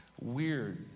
weird